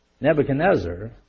Nebuchadnezzar